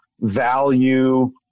value